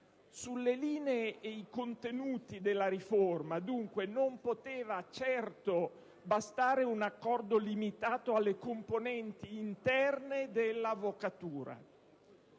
Sulle linee e sui contenuti della riforma, dunque, non poteva certo bastare un accordo limitato alle componenti interne dell'avvocatura.